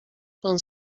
pan